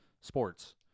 sports